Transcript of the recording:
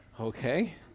okay